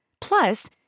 Plus